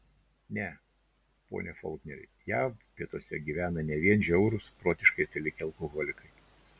ne pone folkneri jav pietuose gyvena ne vien žiaurūs protiškai atsilikę alkoholikai